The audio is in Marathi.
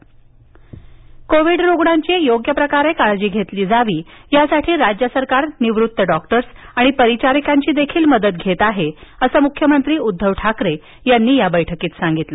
म्ख्यमंत्री कोविड रुग्णांची योग्य प्रकारे काळजी घेतली जावी यासाठीराज्य सरकार निवृत्त डॉक्टर्स आणि परिचारिकांची देखील मदत घेत आहे असं मुख्यमंत्री उद्धव ठाकरे यांनी या बैठकीत सांगितलं